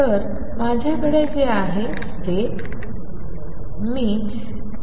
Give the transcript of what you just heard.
तर माझ्याकडे जे आहे ते आहे